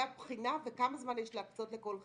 הבחינה וכמה זמן יש להקצות לכל חלק.